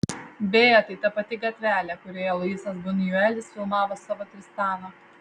beje tai ta pati gatvelė kurioje luisas bunjuelis filmavo savo tristaną